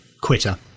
Quitter